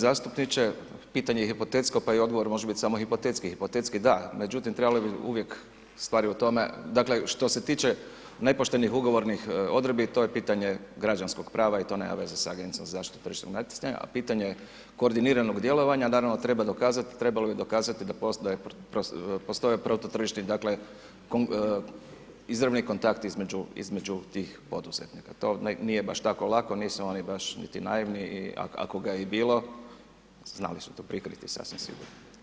Uvaženi zastupniče, pitanje je hipotetski pa i odgovor može biti samo hipotetski, hipotetski da, međutim trebalo bi uvijek, stvar je dakle što se tiče nepoštenih ugovornih odredbi, to je pitanje građanskog prava i to nema veze sa Agencijom za zaštitu tržišnog natjecanja a pitanje je koordiniranog djelovanja, ... trebalo bi dokazati da postoje protutržišni izravni kontakti između tih poduzetnika, to nije baš tako lako, nisu oni baš niti naivni, ako ga je i bilo, znali su to prikriti sasvim sigurno.